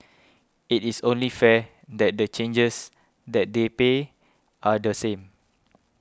it is only fair that the charges that they pay are the same